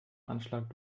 anschlag